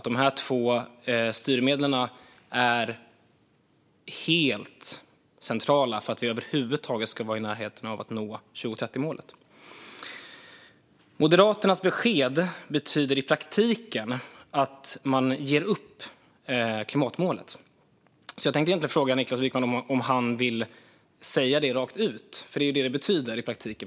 De två styrmedlen är helt centrala för att vi över huvud taget ska vara i närheten av att nå 2030-målet. Moderaternas besked betyder i praktiken att man ger upp klimatmålet. Jag tänkte egentligen fråga Niklas Wykman om han vill säga det rakt ut. Det är vad det betyder i praktiken.